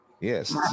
Yes